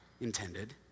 intended